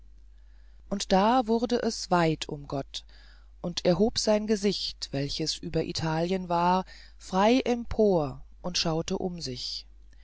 und da wurde es weit um gott und er hob sein gesicht welches über italien war frei empor und schaute um sich